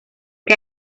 que